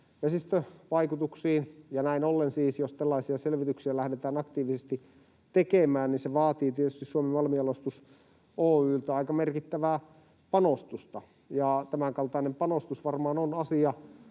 vesistövaikutuksiin. Näin ollen siis jos tällaisia selvityksiä lähdetään aktiivisesti tekemään, se vaatii tietysti Suomen Malmijalostus Oy:ltä aika merkittävää panostusta. Tämänkaltainen panostus varmaan on asia,